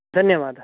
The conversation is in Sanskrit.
धन्यवादः